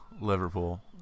Liverpool